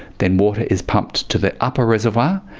then water is pumped to the upper reservoir.